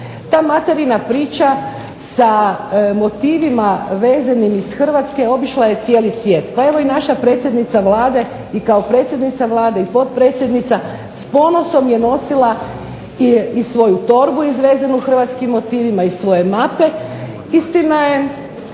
Ta Materina priča sa motivima vezenim iz Hrvatske obišla je cijeli svijet. Pa evo i naša predsjednica Vlade i kao predsjednica Vlade i potpredsjednica s ponosom je nosila i svoju torbu izvezenu hrvatskim motivima i svoje mape. Istina je,